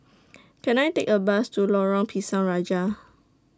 Can I Take A Bus to Lorong Pisang Raja